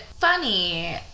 Funny